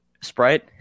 Sprite